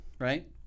right